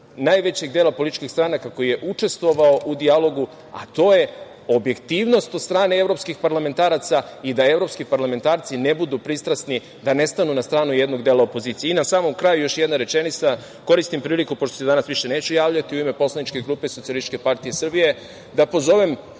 najvećeg dela političkih stranaka koji je učestvovao u dijalogu, a to je objektivnost od strane evropskih parlamentaraca i da evropski parlamentarci ne budu pristrasni, da ne stanu na stranu jednog dela opozicije. Na samom kraju još jedna rečenica, koristim priliku pošto se danas više neću javljati, u ime poslaničke grupe SPS da pozovem